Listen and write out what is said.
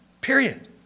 period